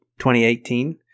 2018